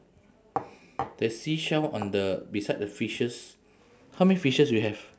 the seashell on the beside the fishes how many fishes you have